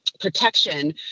protection